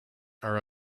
are